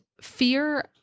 fear